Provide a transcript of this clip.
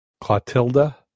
Clotilda